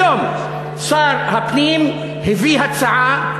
היום שר הפנים הביא הצעה,